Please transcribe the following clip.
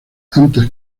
antes